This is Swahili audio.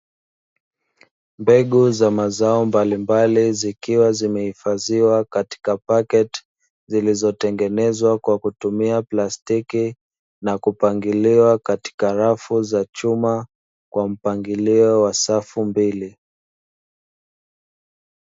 Mbegu za mazao mbalimbali zikiwa zimehifadhiwa katika paketi, zilizotengenezwa kwa kutumia plastiki na kupangiliwa katika rafu za chuma kwa mpangilio wa safu mbili.